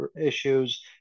issues